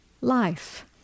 life